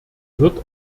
wird